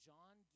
John